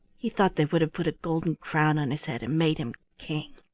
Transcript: he thought they would have put a golden crown on his head and made him king.